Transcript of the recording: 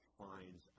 finds